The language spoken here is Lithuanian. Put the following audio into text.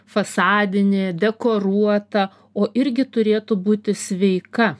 fasadinė dekoruota o irgi turėtų būti sveika